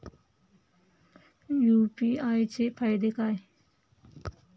UPI चे फायदे काय?